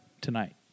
tonight